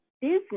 business